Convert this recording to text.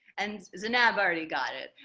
and zanab already got it,